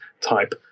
type